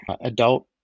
adult